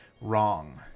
wrong